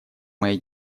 моей